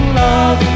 love